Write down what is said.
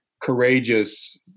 courageous